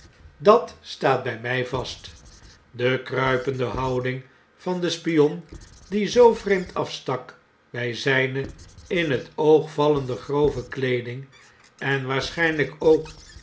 dat staat bij mij vast de kruipende houding van den spion die zoo vreemd afstak bij zijne in het oog vallende grove kleeding en waarschijnlijk ook